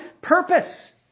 purpose